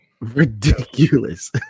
ridiculous